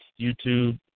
YouTube